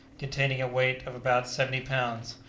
containing a weight of about seventy lbs.